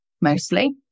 mostly